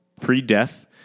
pre-death